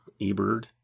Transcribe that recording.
eBird